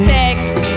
text